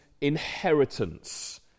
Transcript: inheritance